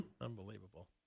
Unbelievable